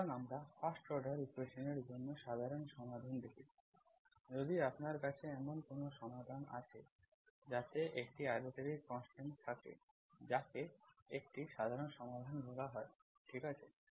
সুতরাং আমরা first order equations এর জন্য সাধারণ সমাধান দেখেছি যদি আপনার কাছে এমন কোনও সমাধান আছে যাতে একটি আরবিট্রারি কনস্ট্যান্ট থাকে যাকে একটি সাধারণ সমাধান বলা হয় ঠিক আছে